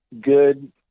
good –